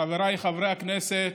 חבריי חברי הכנסת,